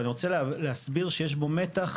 אני רוצה להסביר שיש בו מתח,